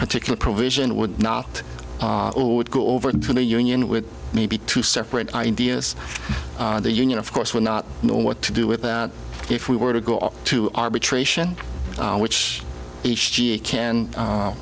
particular provision would not or would go over to the union with maybe two separate ideas the union of course would not know what to do with that if we were to go to arbitration which each can